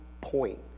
point